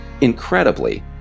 incredibly